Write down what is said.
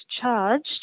charged